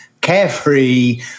carefree